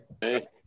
Hey